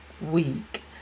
week